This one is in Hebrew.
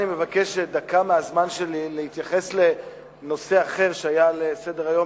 אני מבקש בדקה מהזמן שלי להתייחס לנושא אחר שהיה על סדר-היום,